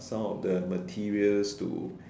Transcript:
some of the materials to